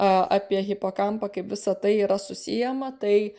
apie hipokampą kaip visa tai yra susiję matai